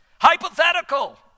hypothetical